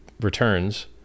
returns